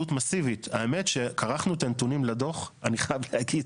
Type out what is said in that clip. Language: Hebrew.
האמת, כשכרכנו את הנתונים לדוח, אני חייב להגיד,